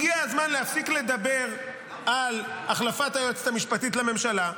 שהגיע הזמן להפסיק לדבר על החלפת היועצת המשפטית לממשלה,